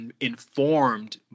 informed